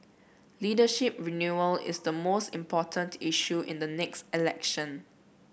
leadership renewal is the most important issue in the next election